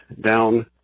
down